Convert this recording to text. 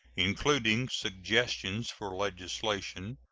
including suggestions for legislation,